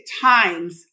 times